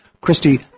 Christy